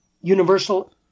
universal